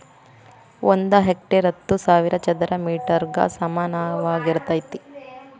ಒಂದ ಹೆಕ್ಟೇರ್ ಹತ್ತು ಸಾವಿರ ಚದರ ಮೇಟರ್ ಗ ಸಮಾನವಾಗಿರತೈತ್ರಿ